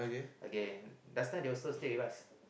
okay last time they also stay with us